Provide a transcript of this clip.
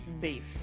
beef